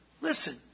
Listen